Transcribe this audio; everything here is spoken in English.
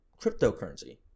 cryptocurrency